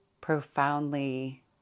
profoundly